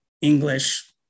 English